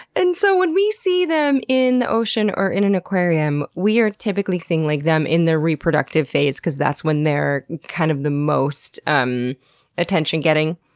and so when we see them in the ocean or in an aquarium, we are typically seeing like them in their reproductive phase because that's when they're kind of the most um attention-getting?